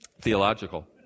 theological